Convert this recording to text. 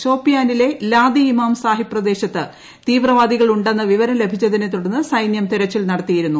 ഷോപ്പിയാനിലെ ലാദി ഇമാം സാഹിബ് പ്രദേശത്ത് തീവ്രവാദിക്കൾ ഉണ്ടെന്ന വിവരം ലഭിച്ചതിനെ തുടർന്ന് സൈന്യം തെരച്ചിൽ നടത്തിയിരുന്നു